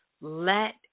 Let